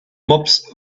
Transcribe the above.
mops